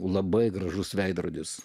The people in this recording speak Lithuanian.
labai gražus veidrodis